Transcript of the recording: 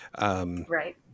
Right